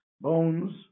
bones